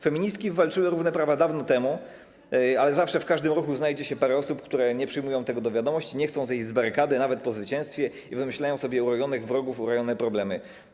Feministki wywalczyły równe prawa dawno temu, ale zawsze w każdym ruchu znajdzie się parę osób, które nie przyjmują tego do wiadomości, nie chcą zejść z barykady nawet po zwycięstwie i wymyślają sobie urojonych wrogów, urojone problemy.